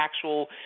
actual